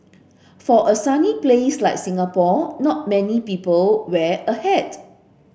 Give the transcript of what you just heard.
for a sunny place like Singapore not many people wear a hat